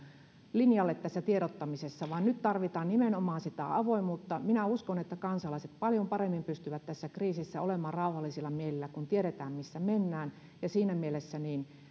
linjalle tässä tiedottamisessa vaan nyt tarvitaan nimenomaan sitä avoimuutta minä uskon että kansalaiset paljon paremmin pystyvät tässä kriisissä olemaan rauhallisella mielellä kun tiedetään missä mennään ja siinä mielessä